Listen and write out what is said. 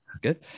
good